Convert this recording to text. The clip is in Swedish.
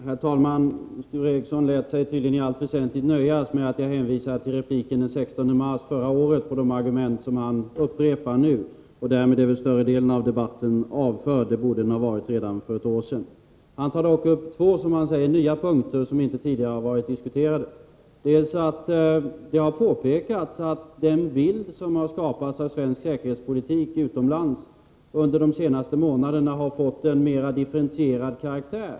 Herr talman! Sture Ericson lät sig tydligen i allt väsentligt nöja med att jag hänvisade till min replik den 16 mars förra året som svar på de argument som han i dag upprepat. Därmed är väl större delen av den debatten avförd; det borde den ha varit redan för ett år sedan. Sture Ericson tog dock upp två som han sade nya punkter, som inte tidigare varit diskuterade. Den första gällde att det har påpekats att bilden utomlands av svensk säkerhetspolitik under de senaste månaderna har fått en mera differentierad karaktär.